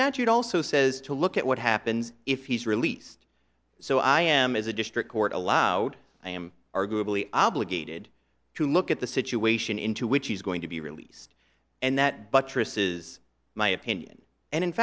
statute also says to look at what happens if he's released so i am as a district court allowed i am arguably obligated to look at the situation into which he's going to be released and that buttresses my opinion and in